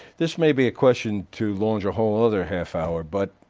this may be a question to launch a whole other half hour but